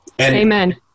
Amen